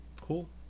cool